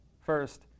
First